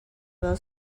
well